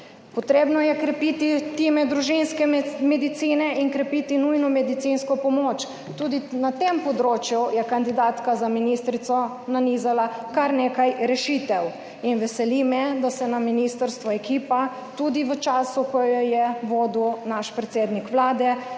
Potrebno je krepiti time družinske medicine in krepiti nujno medicinsko pomoč. Tudi na tem področju je kandidatka za ministrico nanizala kar nekaj rešitev. In veseli me, da se na ministrstvu ekipa tudi v času, ko jo je vodil naš predsednik Vlade,